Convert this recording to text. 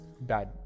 bad